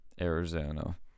Arizona